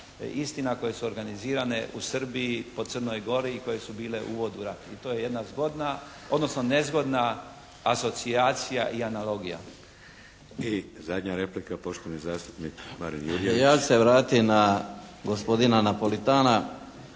istina koje su organizirane u Srbiji, po Crnoj Gori i koje su bile uvod u rat. I to je jedna zgodna odnosno nezgodna asocijacija i analogija. **Šeks, Vladimir (HDZ)** I zadnja replika poštovani zastupnik Marin Jurjević. **Jurjević, Marin (SDP)** Ja ću se vratiti na gospodina Napolitana